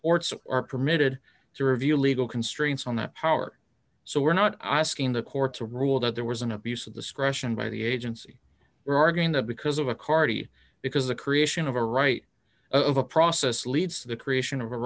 courts are permitted to review legal constraints on that power so we're not asking the court to rule that there was an abuse of the scrushy and by the agency we're arguing that because of a carty because the creation of a right of a process leads to the creation of a